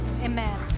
Amen